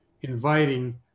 inviting